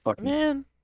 man